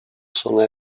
sona